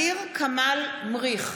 ע'דיר כמאל מריח,